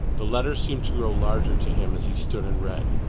the letters seemed to grow larger to him as he stood and read.